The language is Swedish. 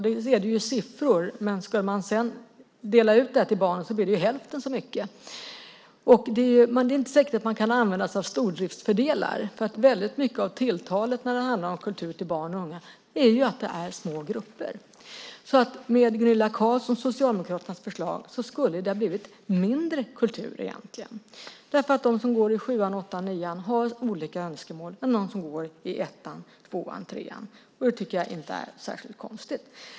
Det gäller ju siffror, men ska man sedan dela ut det till barn blir det hälften så mycket. Men det är inte säkert att man kan använda sig av stordriftsfördelar, för väldigt mycket av tilltalet när det handlar om kultur till barn och unga är att det är små grupper. Med Gunilla Carlssons och Socialdemokraternas förslag skulle det egentligen ha blivit mindre kultur, därför att de som går i sjuan, åttan och nian har andra önskemål än de som går i ettan, tvåan och trean, och det tycker jag inte är särskilt konstigt.